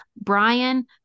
brian